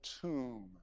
tomb